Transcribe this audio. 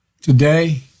Today